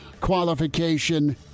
qualification